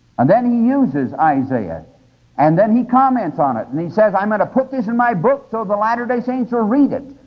and then he uses isaiah and then he comments on it and says, i'm going to put this in my books so the latter-day saints will read it,